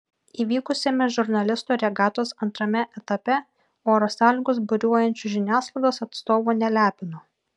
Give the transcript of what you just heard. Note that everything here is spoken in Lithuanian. įvykusiame žurnalistų regatos antrame etape oro sąlygos buriuojančių žiniasklaidos atstovų nelepino